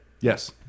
Yes